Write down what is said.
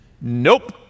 Nope